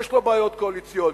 יש לו בעיות קואליציוניות.